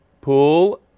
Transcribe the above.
Pool